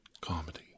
comedy